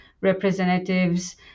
representatives